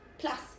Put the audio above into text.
Plus